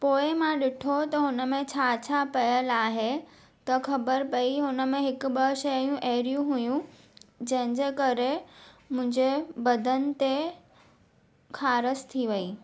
पोइ मां ॾिठो त हुनमें छा छा पियल आहे त ख़बर पई हुनमें हिक ॿ शयूं अहिड़ियूं हुइयूं जंहिंजे करे मुंहिंजे बदनि ते ख़ारशु थी वई